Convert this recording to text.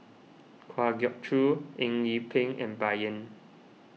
Kwa Geok Choo Eng Yee Peng and Bai Yan